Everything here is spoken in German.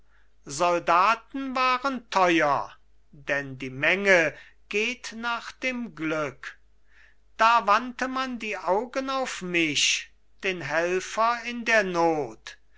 soldaten waren teuer denn die menge geht nach dem glück da wandte man die augen auf mich den helfer in der not